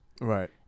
right